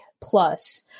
plus